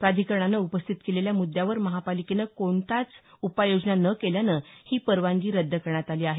प्राधिकरणानं उपस्थित केलेल्या मुद्द्यावर महापालिकेनं कोणत्याच उपाय योजना न केल्यानं ही परवानगी रद्द करण्यात आली आहे